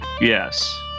Yes